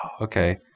okay